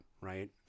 Right